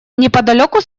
неподалеку